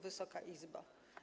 Wysoka Izbo!